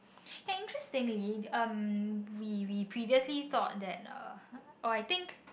interestingly um we we previously thought that uh oh I think